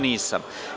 Nisam.